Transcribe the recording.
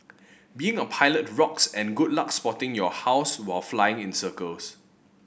being a pilot rocks and good luck spotting your house while flying in circles